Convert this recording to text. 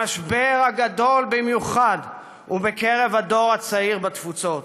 המשבר הגדול במיוחד הוא בקרב הדור הצעיר בתפוצות,